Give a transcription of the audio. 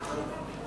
כן.